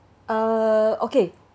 uh okay